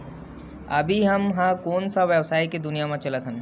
अभी हम ह कोन सा व्यवसाय के दुनिया म चलत हन?